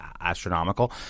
astronomical